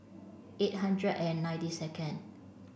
eight hundred and ninety second